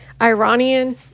Iranian